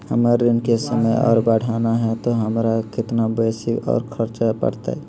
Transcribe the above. हमर ऋण के समय और बढ़ाना है तो हमरा कितना बेसी और खर्चा बड़तैय?